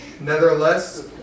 Nevertheless